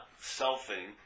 selfing